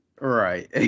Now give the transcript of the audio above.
right